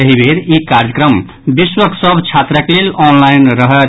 एहि बेर ई कार्यक्रम विश्वक सभ छात्रक लेल ऑनलाईन रहत